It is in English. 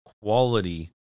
quality